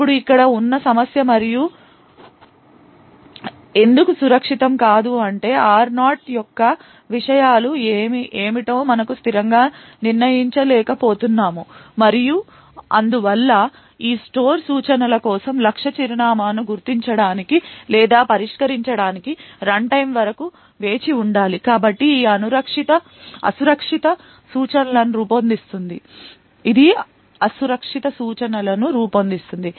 ఇప్పుడు ఇక్కడ ఉన్న సమస్య మరియు ఎందుకు సురక్షితం కాదు అంటే R0 యొక్క విషయాలు ఏమిటో మనము స్థిరంగా నిర్ణయించలేకపోవచ్చు మరియు అందువల్ల ఈ స్టోర్ సూచనల కోసం లక్ష్య చిరునామాను గుర్తించడానికి లేదా పరిష్కరించడానికి రన్టైమ్ వరకు వేచి ఉండాలి కాబట్టి ఇది అసురక్షిత సూచనలను రూపొందిస్తుంది